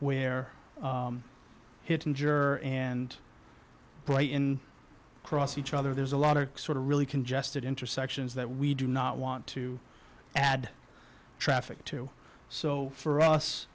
where hit injure and play in cross each other there's a lot of sort of really congested intersections that we do not want to add traffic to so for us